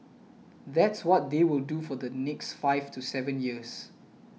that's what they will do for the next five to seven years